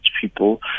people